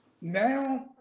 now